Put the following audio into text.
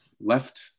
left